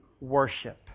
worship